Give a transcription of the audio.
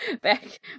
back